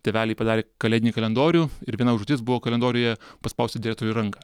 tėveliai padarė kalėdinį kalendorių ir viena užduotis buvo kalendoriuje paspausti direktoriui ranką